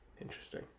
Interesting